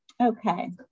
Okay